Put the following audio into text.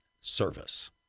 service